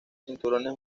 cinturones